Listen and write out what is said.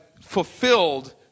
fulfilled